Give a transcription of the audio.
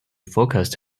focused